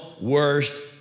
worst